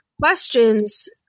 questions